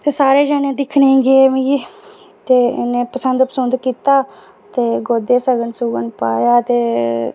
ते सारे जनें दिक्खनै गी गे मिगी ते इ'नें पसंद कीता ते गोदा च सगन पाया ते